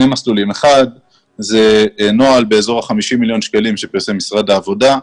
האחד הוא נוהל באזור ה-50 מיליון שקלים שפרסם משרד העבודה.